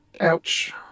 Ouch